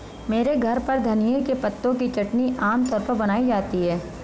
मेरे घर पर धनिए के पत्तों की चटनी आम तौर पर बनाई जाती है